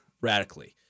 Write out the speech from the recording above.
radically